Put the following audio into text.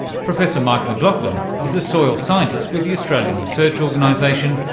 professor mike mclaughlin is a soil scientist with the australian research organisation,